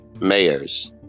mayors